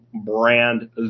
brand